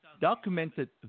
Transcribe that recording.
documented